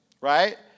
right